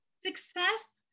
Success